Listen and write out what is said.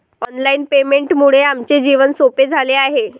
online पेमेंटमुळे आमचे जीवन सोपे झाले आहे